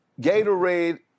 Gatorade